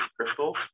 crystals